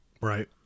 Right